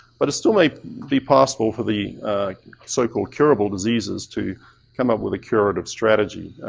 but it still may be possible for the so-called curable diseases to come up with a curative strategy,